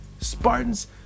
Spartans